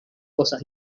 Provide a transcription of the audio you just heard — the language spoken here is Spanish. cosas